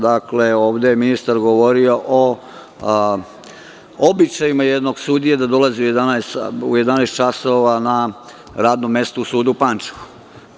Dakle, ovde je ministar govorio o običajima jednog sudije da dolazi u 11.00 časova na radno mesto u sud u Pančevu.